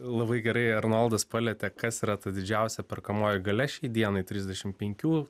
labai gerai arnoldas palietė kas yra ta didžiausia perkamoji galia šiai dienai trisdešim penkių